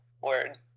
word